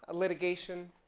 ah litigation,